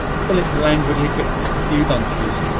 philip languidly picked a few bunches.